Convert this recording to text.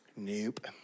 Nope